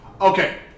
Okay